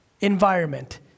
environment